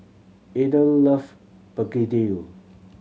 Ethyl love begedil